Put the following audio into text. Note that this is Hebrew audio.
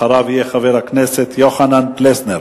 אחריו יהיה חבר הכנסת יוחנן פלסנר.